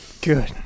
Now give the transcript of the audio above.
Good